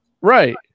Right